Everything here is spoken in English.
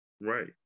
right